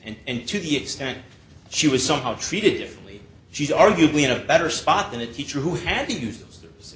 and to the extent she was somehow treated differently she's arguably in a better spot than a teacher who had to use